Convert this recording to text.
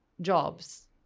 jobs